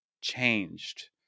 changed